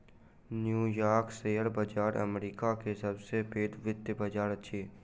new York share बाजार America के सब से पैघ वित्तीय बाजार अछि